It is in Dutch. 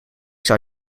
zou